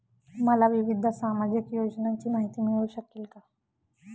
मला विविध सामाजिक योजनांची माहिती मिळू शकेल का?